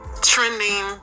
trending